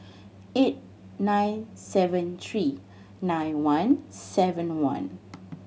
eight nine seven three nine one seven one